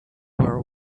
were